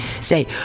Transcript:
say